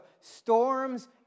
storms